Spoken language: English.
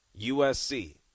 USC